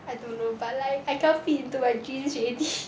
I don't know but like I can't fit into my jeans already